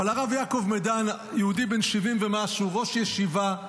הרב יעקב מדן, יהודי בן 70 ומשהו, ראש ישיבה,